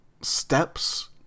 steps